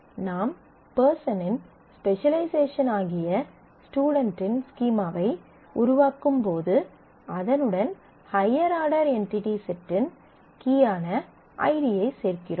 நாம் பெர்சனின் ஸ்பெசலைசேஷன் ஆகிய ஸ்டுடென்ட்டின் ஸ்கீமாவை உருவாக்கும் போது அதனுடன் ஹய்யர் ஆர்டர் என்டிடி செட்டின் கீயான ஐடியை சேர்க்கிறோம்